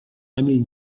emil